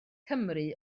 cymru